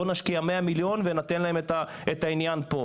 בואו נשקיע כ-100 מיליון וניתן להם לעלות לפה,